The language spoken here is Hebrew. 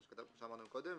כמו שאמרנו קודם.